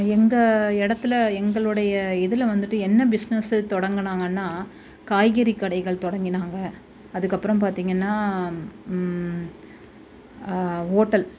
எங்கள் இடத்துல எங்களுடைய இதில் வந்துவிட்டு என்ன பிஸ்னஸு தொடங்கினாங்கன்னா காய்கறி கடைகள் தொடங்கினாங்க அதுக்கப்புறம் பார்த்திங்கன்னா ஓட்டல்